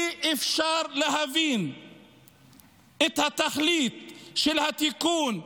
אי-אפשר להבין את התכלית של התיקון,